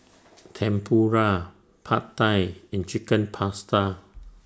Tempura Pad Thai and Chicken Pasta